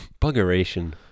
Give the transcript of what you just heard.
buggeration